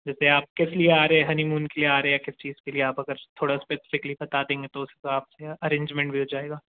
जैसे आप किसलिए आ रहे हनीमून के लिए आ रहे या किस चीज़ के लिए आप अगर थोड़ा इस्पेसिफ़िकली बता देंगे तो उस हिसाब से अरेंजमेंट भी हो जाएगा